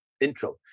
Intro